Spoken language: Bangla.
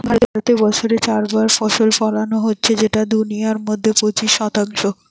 ভারতে বছরে চার বার ফসল ফোলানো হচ্ছে যেটা দুনিয়ার মধ্যে পঁচিশ শতাংশ